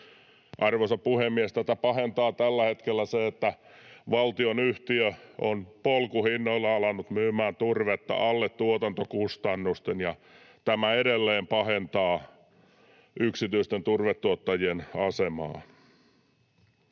Arvoisa puhemies! Tätä pahentaa tällä hetkellä se, että valtionyhtiö on alkanut myymään turvetta polkuhinnoilla alle tuotantokustannusten, ja tämä edelleen pahentaa yksityisten turvetuottajien asemaa.